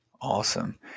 Awesome